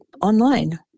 online